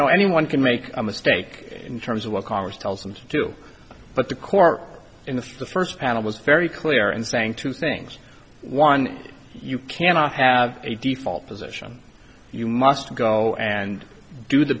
know anyone can make a mistake in terms of what congress tells them to do but the court in the first panel was very clear in saying two things one you cannot have a default position you must go and do the